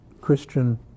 Christian